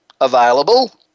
available